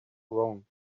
wrong